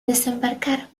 desembarcar